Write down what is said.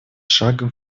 шагом